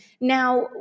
now